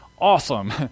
Awesome